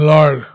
Lord